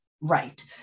right